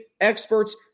experts